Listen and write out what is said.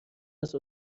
است